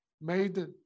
made